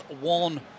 one